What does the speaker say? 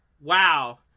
wow